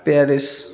Paris